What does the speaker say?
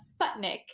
Sputnik